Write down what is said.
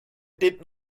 did